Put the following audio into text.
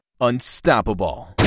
unstoppable